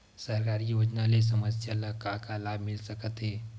सरकारी योजना ले समस्या ल का का लाभ मिल सकते?